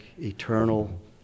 eternal